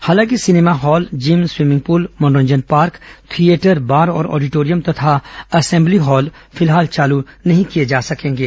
हालांकि cinema hall gym swimming pool मनोरंजन park theatre bar और ऑडिटोरियम तथा अर्सेबली हॉल फिलहाल चालू नहीं किए जा सकेंगे